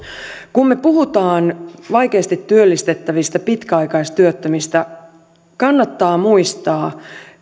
kun me puhumme vaikeasti työllistettävistä pitkäaikaistyöttömistä kannattaa muistaa